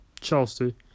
Chelsea